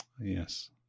Yes